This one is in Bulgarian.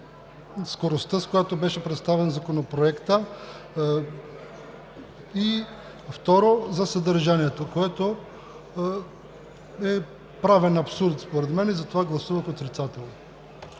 скоростта, с която беше представен Законопроектът. И, второ, за съдържанието, което е правен абсурд според мен. Затова гласувах отрицателно.